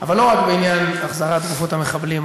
אבל לא רק בעניין החזרת גופות המחבלים,